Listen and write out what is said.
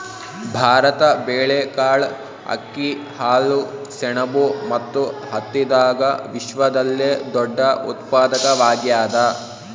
ಭಾರತ ಬೇಳೆಕಾಳ್, ಅಕ್ಕಿ, ಹಾಲು, ಸೆಣಬು ಮತ್ತು ಹತ್ತಿದಾಗ ವಿಶ್ವದಲ್ಲೆ ದೊಡ್ಡ ಉತ್ಪಾದಕವಾಗ್ಯಾದ